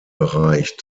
bereich